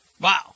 wow